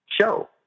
show